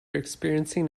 experiencing